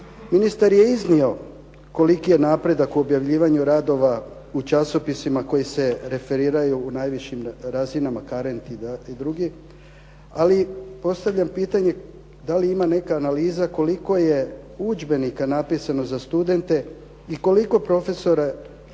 Ministar je iznio koliki je napredak u objavljivanju radova u časopisima koji se referiraju u najvišim razinama KARENT i druge, ali postavljam pitanje da li ima neka analiza koliko je udžbenika napisano za studente i koliko profesora